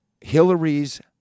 Hillary's